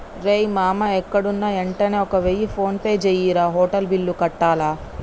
రేయ్ మామా ఎక్కడున్నా యెంటనే ఒక వెయ్య ఫోన్పే జెయ్యిరా, హోటల్ బిల్లు కట్టాల